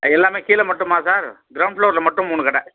எல்லாமே கீழே மட்டுமா சார் க்ரௌண்ட் ஃப்ளோரில் மட்டும் மூணு கடை